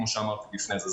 כמו שאמרתי לפני כן.